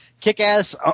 Kick-ass